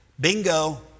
Bingo